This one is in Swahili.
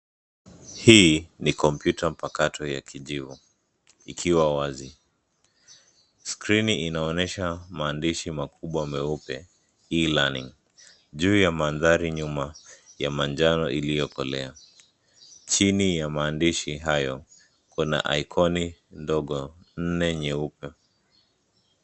Hii, ni kompyuta mpakato ya kijivu, ikiwa wazi, skrini inaonyesha maandishi makubwa meupe, E-learning , juu ya mandhari nyuma, ya manjano iliyokolea, chini ya maandishi hayo, kuna aikoni, ndogo, nne nyeupe.